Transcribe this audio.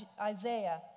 Isaiah